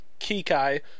Kikai